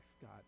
God